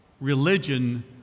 religion